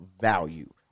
value